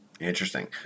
Interesting